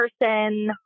person